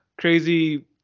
crazy